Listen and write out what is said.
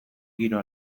giro